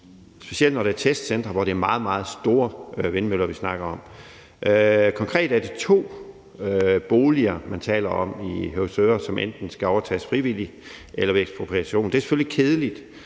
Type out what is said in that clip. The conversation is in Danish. specielt når der er et testcenter, hvor det er meget, meget store vindmøller, vi snakker om. Konkret er det to boliger, man taler om i Høvsøre, som enten skal overtages frivilligt eller ved ekspropriation. Det er selvfølgelig kedeligt,